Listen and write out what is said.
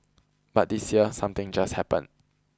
but this year something just happened